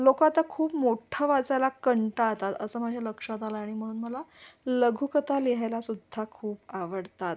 लोक आता खूप मोठ्ठं वाचायला कंटाळतात असं माझ्या लक्षात आलं आहे आणि म्हणून मला लघुकथा लिहायला सुद्धा खूप आवडतात